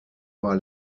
war